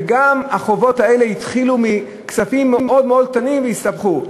וגם החובות האלה התחילו מסכומים מאוד קטנים והסתבכו.